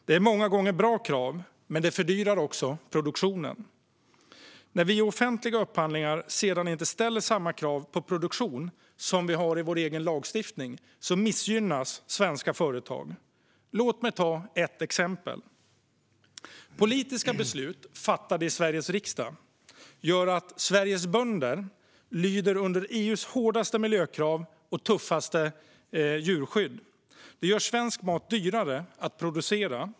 Det är många gånger bra krav, men de fördyrar produktionen. När vi i offentliga upphandlingar sedan inte ställer samma krav på produktion som i vår lagstiftning missgynnas svenska företag. Låt mig ta ett exempel. Politiska beslut fattade i Sveriges riksdag gör att Sveriges bönder lyder under EU:s hårdaste miljökrav och tuffaste djurskyddsregler. Detta gör svensk mat dyrare att producera.